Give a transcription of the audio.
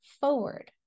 forward